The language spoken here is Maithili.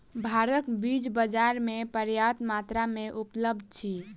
भारतक बीज बाजार में पर्याप्त मात्रा में उपलब्ध अछि